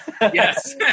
Yes